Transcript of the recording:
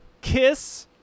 kiss